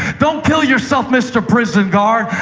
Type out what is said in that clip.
don't kill yourself, mr. prison guard.